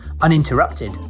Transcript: uninterrupted